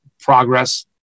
progress